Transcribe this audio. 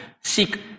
seek